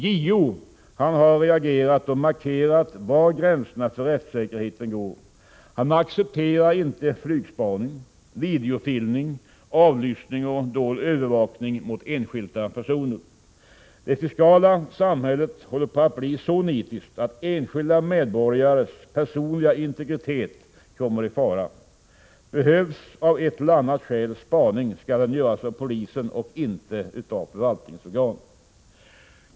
JO har reagerat och markerat var gränserna för rättssäkerheten går. Han accepterar inte flygspaning, videofilmning, avlyssning och dold övervakning mot enskilda personer. Det fiskala samhället håller på att bli så nitiskt att enskilda medborgares personliga integritet kommer i fara. Behövs av ett eller annat skäl spaning, skall den göras av polisen och inte av förvaltningsorgan.